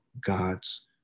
God's